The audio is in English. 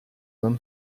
than